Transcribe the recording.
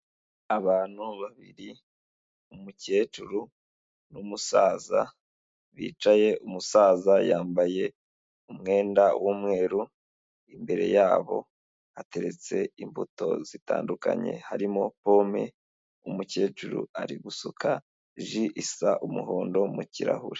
Abantu babiri umukecuru n'umusaza bicaye, umusaza yambaye umwenda w'umweru, imbere yabo hateretse imbuto zitandukanye, harimo pome umukecuru, ari gusuka ji isa umuhondo mu kirahure.